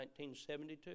1972